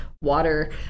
water